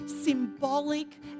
symbolic